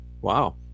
Wow